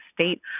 state